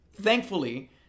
Thankfully